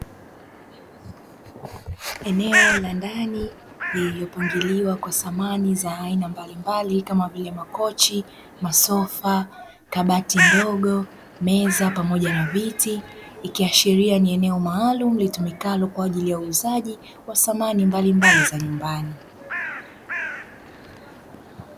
Eneo la ndani lililopangiliwa kwa samani za aina mbalimbali kama vile: makochi, masofa, kabati ndogo, meza pamoja na viti; ikiashiria ni eneo maalumu litumikalo kwa ajili ya uuzaji wa samani mbalimbali za nyumbani.